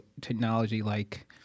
technology-like